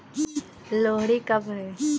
लोहड़ी कब है?